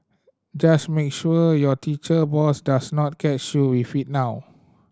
just make sure your teacher boss does not catch you with it now